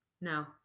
No